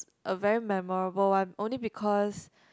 a very memorable one only because